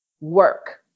work